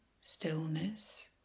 stillness